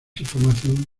información